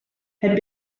had